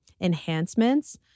enhancements